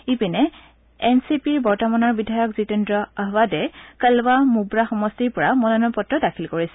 ইপিনে N C পিৰ বৰ্তমানৰ বিধায়ক জীতেন্দ্ৰ অহৱাদে কলৱা মুদ্বা সমষ্টিৰ পৰা মনোনয়ন পত্ৰ দাখিল কৰিছে